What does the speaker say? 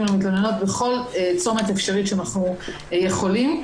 למתלוננות בכל צומת אפשרי שאנחנו יכולים.